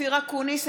אופיר אקוניס,